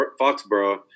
Foxborough